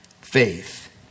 faith